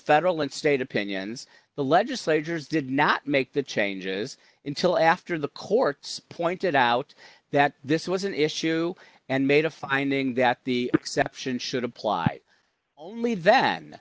federal and state opinions the legislators did not make the changes in till after the court's pointed out that this was an issue and made a finding that the exception should apply only then